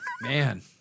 Man